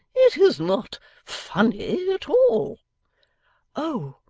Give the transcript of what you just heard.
it is not funny at all oh!